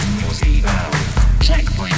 Checkpoint